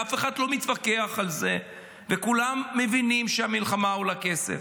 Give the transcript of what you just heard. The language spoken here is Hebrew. אף אחד לא מתווכח על זה וכולם מבינים שהמלחמה עולה כסף,